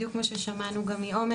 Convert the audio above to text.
בדיוק כמו ששמענו גם מעומר.